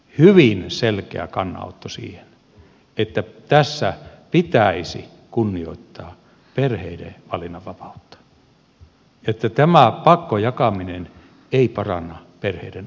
hyvin selkeä kannanotto siihen että tässä pitäisi kunnioittaa perheiden valinnanvapautta että tämä pakkojakaminen ei paranna perheiden arkea